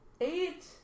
Eight